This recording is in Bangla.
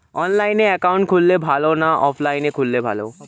অনলাইনে একাউন্ট খুললে ভালো না অফলাইনে খুললে ভালো?